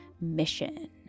mission